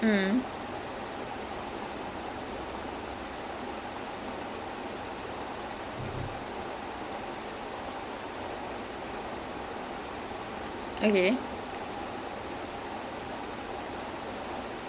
அதுக்கு அப்புறம் கொஞ்ச நேரம் போயிட்டு திரும்பியும் வந்தான் நான் என்ன பண்ணனும்னா நான் சொன்ன மீன்:athukku appuram konja neram poitu thirumbiyum vanthaan naan enna pannanumnaa naan sonnae curry மீன் கொழம்பு: meen kolambu because I already ordered the mutton right so I thought he already took it down so அதுக்கு அப்புறம்:athukku appuram then he came with a bag then I assumed that he got everything right